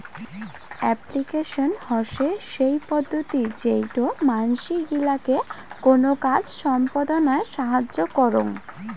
application হসে সেই পদ্ধতি যেইটো মানসি গিলাকে কোনো কাজ সম্পদনায় সাহায্য করং